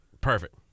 Perfect